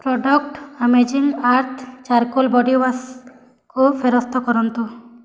product amazing earth charcoal body ୱାଶ୍କୁ ଫେରସ୍ତ କରନ୍ତୁ